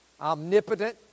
omnipotent